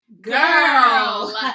girl